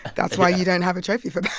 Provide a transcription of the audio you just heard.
that's why you don't have a trophy for that